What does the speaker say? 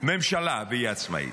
ממשלה והיא עצמאית.